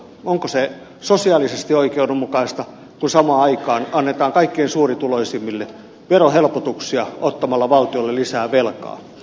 onko se sosiaalisesti oikeudenmukaista kun samaan aikaan annetaan kaikkein suurituloisimmille verohelpotuksia ottamalla valtiolle lisää velkaa